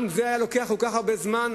גם זה היה לוקח כל כך הרבה זמן?